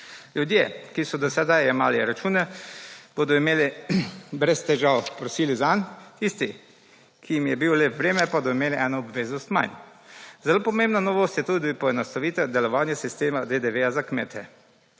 Ljudje, ki so do sedaj jemali račune bodo imeli brez težav prosili zanj. Tisti, ki jim je bil le v breme pa bodo imeli eno obveznost manj. Zelo pomembna novost je tudi poenostavitev delovanje sistema DDV za kmete.